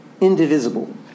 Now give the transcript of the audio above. indivisible